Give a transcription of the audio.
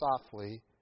softly